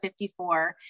54